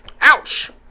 Ouch